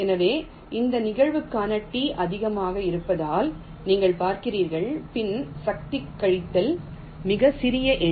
எனவே இந்த நிகழ்தகவுக்கான T அதிகமாக இருப்பதால் நீங்கள் பார்க்கிறீர்கள் மின் சக்தி கழித்தல் மிகச் சிறிய எண்